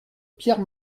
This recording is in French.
pierre